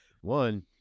one